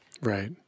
Right